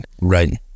Right